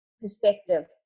perspective